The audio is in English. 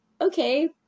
Okay